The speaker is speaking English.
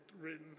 written